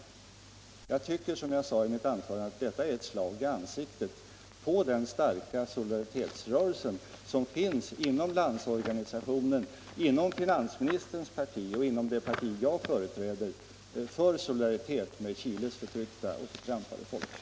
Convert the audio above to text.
Jag tycker, som jag sade i mitt tidigare anförande, att detta är ett slag i ansiktet på den starka solidaritetstanke som finns inom Landsorganisationen, inom finansministerns parti och inom det parti jag företräder, till förmån för Chiles förtryckta och förtrampade folk.